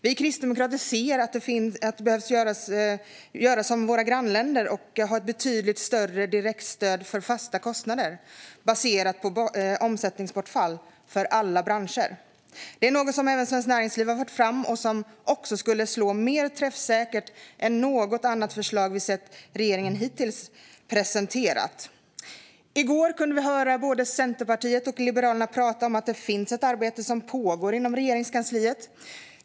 Vi kristdemokrater anser att vi behöver göra som våra grannländer och ha ett betydligt större direktstöd för fasta kostnader baserat på omsättningsbortfall för alla branscher. Detta är något som även Svenskt Näringsliv har fört fram och som skulle slå mer träffsäkert än något förslag regeringen hittills presenterat. I går kunde vi höra både Centerpartiet och Liberalerna prata om att det pågår ett arbete inom Regeringskansliet.